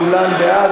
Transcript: כולן בעד,